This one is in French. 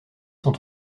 sont